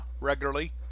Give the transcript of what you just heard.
regularly